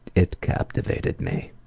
it captivated me.